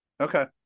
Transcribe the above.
Okay